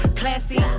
classy